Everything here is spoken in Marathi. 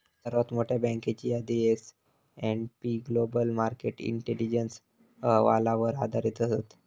सर्वात मोठयो बँकेची यादी S and P Global Market Intelligence अहवालावर आधारित असत